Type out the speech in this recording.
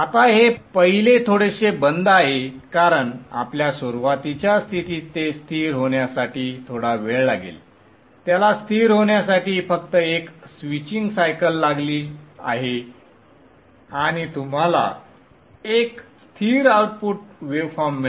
आता हे पहिले थोडेसे बंद आहे कारण आपल्या सुरुवातीच्या स्थितीत ते स्थिर होण्यासाठी थोडा वेळ लागेल त्याला स्थिर होण्यासाठी फक्त एक स्विचिंग सायकल लागली आहे आणि तुम्हाला एक स्थिर आउटपुट वेव फॉर्म मिळेल